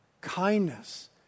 kindness